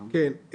כן.